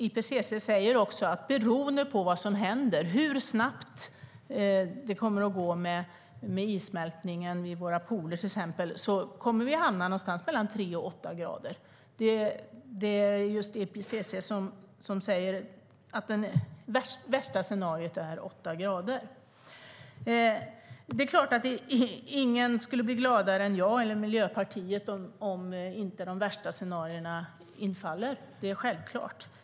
IPCC säger också att vi beroende på vad som händer, hur snabbt det kommer att gå med issmältningen vid våra poler, till exempel, kommer att hamna någonstans mellan tre och åtta grader. Det är just IPCC som säger att det värsta scenariot är åtta grader. Ingen skulle bli gladare än jag eller Miljöpartiet om inte de värsta scenarierna infaller. Det är självklart.